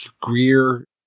Greer